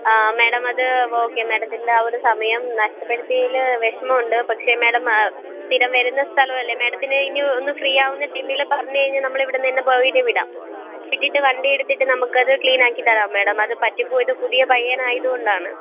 madam അത് okay മാഡത്തിൻ്റെ ആ ഒരു സമയം നഷ്ടപ്പെടുത്തിയതിൽ വിഷമമുണ്ട് പക്ഷെ മാഡം സ്ഥിരം വരുന്ന സ്ഥലമല്ലേ മാഡത്തിന് ഇനി ഒന്ന് ഫ്രീയാവുന്ന ടൈമിൽ പറഞ്ഞു കഴിഞ്ഞാൽ നമ്മളിവിടുന്നുതന്നെ ബോയിനെ വിടാം വിട്ടിട്ട് വണ്ടി എടുത്തിട്ട് നമുക്കത് ക്ലീനാക്കിത്തരാം മാഡം അത് പറ്റിപ്പോയത് പുതിയ പയ്യനായതുകൊണ്ടാണ്